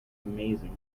amazing